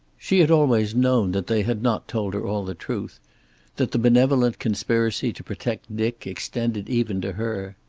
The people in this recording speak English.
she had always known that they had not told her all the truth that the benevolent conspiracy to protect dick extended even to her.